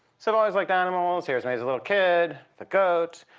so i've always liked animals. here is me as a little kid a goat.